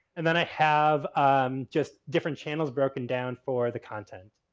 and then i have um just different channels broken down for the content.